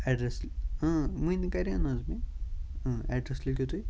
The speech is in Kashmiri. ایٚڈرس اۭں وٕنۍ کَرے نہ حظ مےٚ ایٚڈرس لیٚکھِو تُہۍ